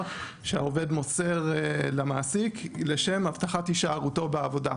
שהעובד מוסר למעסיק לשם הבטחת הישארותו בעבודה,